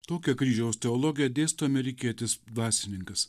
tokią kryžiaus teologiją dėsto amerikietis dvasininkas